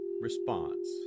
response